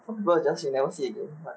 some people just you never see again but